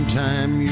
time